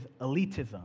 elitism